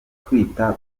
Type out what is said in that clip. kwita